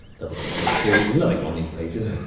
double-click page two. there's nothing on these pages,